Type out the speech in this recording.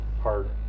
hard